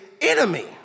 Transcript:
enemy